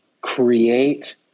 create